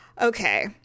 okay